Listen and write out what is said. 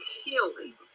healing